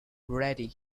ready